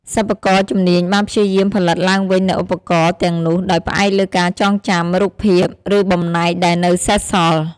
សិប្បករជំនាញបានព្យាយាមផលិតឡើងវិញនូវឧបករណ៍ទាំងនោះ ដោយផ្អែកលើការចងចាំ រូបភាព ឬបំណែកដែលនៅសេសសល់។